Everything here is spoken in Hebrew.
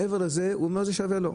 מעבר לזה, הוא אומר לי שווה לו.